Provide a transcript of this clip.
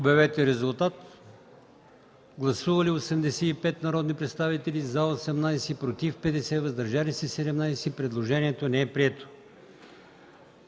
Моля, гласувайте. Гласували 80 народни представители: за 7, против 18, въздържали се 55. Предложението не е прието.